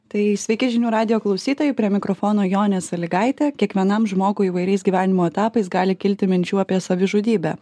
tai sveiki žinių radijo klausytojai prie mikrofono jonė salygaitė kiekvienam žmogui įvairiais gyvenimo etapais gali kilti minčių apie savižudybę